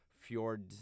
Fjord